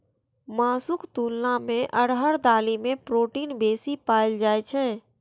मासुक तुलना मे अरहर दालि मे प्रोटीन बेसी पाएल जाइ छै